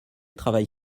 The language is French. travail